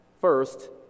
First